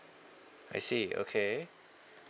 I see okay